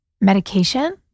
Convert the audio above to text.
medication